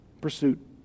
pursuit